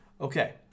Okay